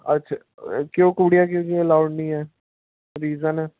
ਅੱਛਾ ਕਿਉਂ ਕੁੜੀਆਂ ਕਿਉਂਕਿ ਅਲਾਊਡ ਨਹੀਂ ਆ ਰੀਜ਼ਨ